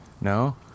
No